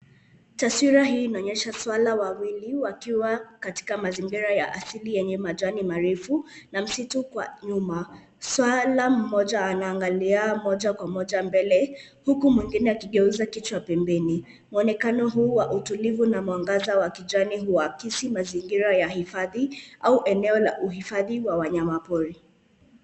Taswira hii inaonyesha swara wawili wakiwa katika mazingira ya asili yenye majani marefu na msitu kwa nyuma. Swara mmoja anaangalia moja kwa moja mbele huku mwingine akigeuza kichwa pembeni. Muonekano huu wa utulivu na mwangaza wa kijani huakisi mazingira ya hifadhi au eneo la uhifadhi wa wanyamapori.